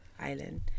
Island